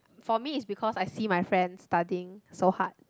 for me it's because I see my friend studying so hard